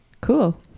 Cool